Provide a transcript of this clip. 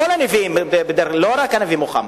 כל הנביאים, לא רק הנביא מוחמד.